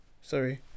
Sorry